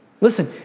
Listen